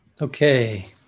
Okay